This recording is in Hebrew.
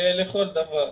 לכל דבר.